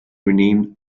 renamed